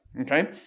okay